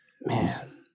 Man